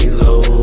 low